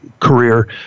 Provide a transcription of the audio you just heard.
career